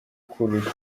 kuruta